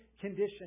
condition